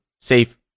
safe